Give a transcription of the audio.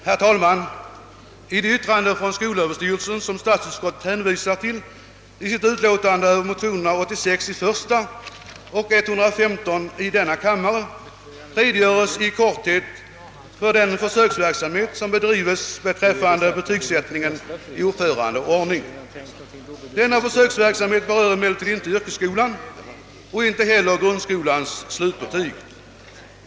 Herr talman! I det yttrande från skol överstyrelsen som statsutskottet hänvisar till i sitt utlåtande över motionerna I: 86 och II: 115 redogöres i korthet för den försöksverksamhet som bedrives beträffande betygsättningen i uppförande och ordning. Denna försöksverksamhet berör emellertid inte yrkesskolan och inte heller slutbetyget för eleverna i grundskolan.